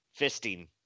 fisting